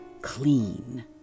clean